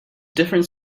different